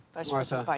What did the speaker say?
vice martha,